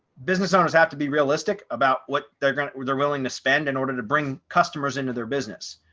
business owners have to be realistic about what they're gonna they're willing to spend in order to bring customers into their business.